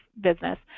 business